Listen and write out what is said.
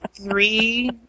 three